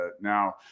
Now